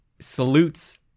salutes